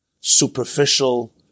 superficial